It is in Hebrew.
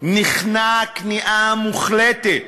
נכנע כניעה מוחלטת